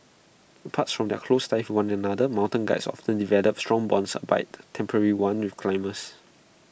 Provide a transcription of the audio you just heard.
apart from their close ties one another mountain Guides often develop strong bonds albeit temporary ones with climbers